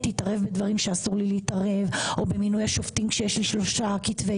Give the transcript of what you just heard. אתערב בדברים שאסור לי להתערב או במינוי השופטים כשיש לי שלושה כתבי